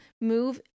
move